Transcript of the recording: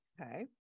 Okay